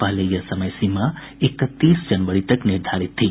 पहले यह समय सीमा इकतीस जनवरी निर्धारित थी